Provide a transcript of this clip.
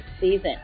season